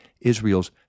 Israel's